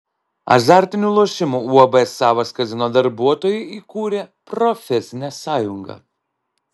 azartinių lošimų uab savas kazino darbuotojai įkūrė profesinę sąjungą